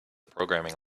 programming